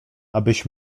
abyś